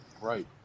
Right